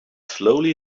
slowly